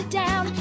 down